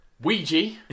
Ouija